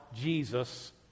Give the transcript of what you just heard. Jesus